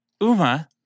Uma